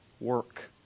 work